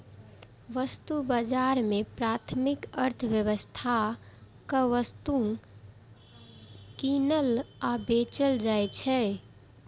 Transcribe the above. वस्तु बाजार मे प्राथमिक अर्थव्यवस्थाक वस्तु कीनल आ बेचल जाइ छै